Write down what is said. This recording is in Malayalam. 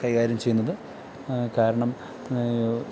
കൈകാര്യം ചെയ്യുന്നത് കാരണം